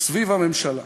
סביב הממשלה.